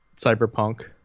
Cyberpunk